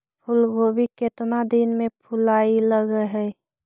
फुलगोभी केतना दिन में फुलाइ लग है?